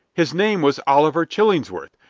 his name was oliver chillingsworth,